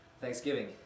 Thanksgiving